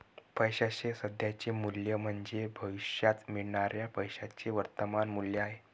पैशाचे सध्याचे मूल्य म्हणजे भविष्यात मिळणाऱ्या पैशाचे वर्तमान मूल्य आहे